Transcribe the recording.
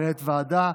מנהלת ועדה,